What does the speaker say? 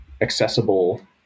accessible